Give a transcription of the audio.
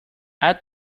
add